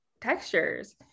textures